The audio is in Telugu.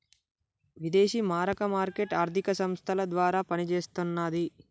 విదేశీ మారక మార్కెట్ ఆర్థిక సంస్థల ద్వారా పనిచేస్తన్నది